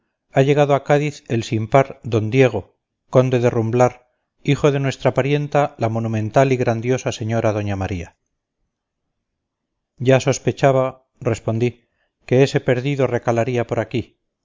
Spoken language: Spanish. ha llegado a cádiz el sin par d diego conde de rumblar hijo de nuestra parienta la monumental y grandiosa señora doña maría ya sospechaba respondí que ese perdido recalaría por aquí